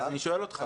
אני שואל אותך.